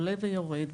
עולה ויורד,